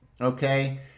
Okay